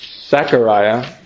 Zechariah